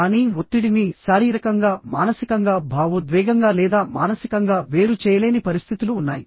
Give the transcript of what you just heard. కానీ ఒత్తిడిని శారీరకంగా మానసికంగా భావోద్వేగంగా లేదా మానసికంగా వేరు చేయలేని పరిస్థితులు ఉన్నాయి